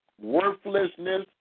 Worthlessness